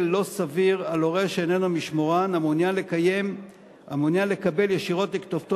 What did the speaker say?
לא סביר על הורה שאיננו משמורן ומעוניין לקבל ישירות לכתובתו